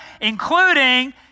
including